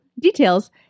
Details